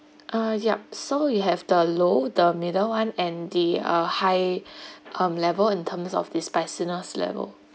uh yup so you have the low the middle one and the uh high um level in terms of the spiciness level